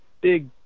big